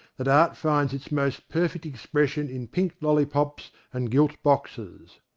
that art finds its most perfect expres sion in pink lollipops and gilt boxes.